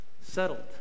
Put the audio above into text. Settled